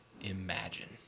imagine